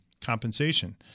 compensation